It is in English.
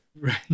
right